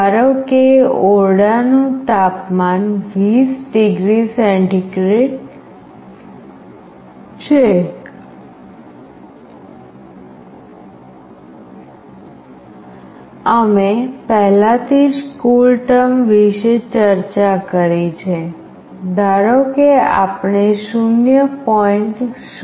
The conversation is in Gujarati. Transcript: ધારો કે ઓરડાનું તાપમાન 20 ડિગ્રી સેન્ટીગ્રેડ છે અમે પહેલાથી જ CoolTerm વિશે ચર્ચા કરી છે ધારો કે આપણે 0